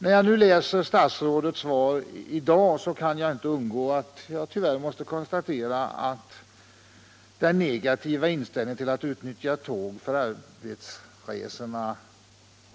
När jag nu hör statsrådets svar i dag kan jag tyvärr inte undgå att konstatera att statsrådets negativa inställning till att utnyttja tåg för arbetsresorna